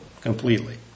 completely